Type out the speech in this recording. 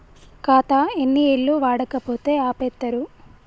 ఖాతా ఎన్ని ఏళ్లు వాడకపోతే ఆపేత్తరు?